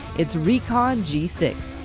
it's recon g six,